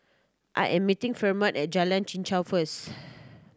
I am meeting Fremont at Jalan Chichau first